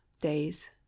days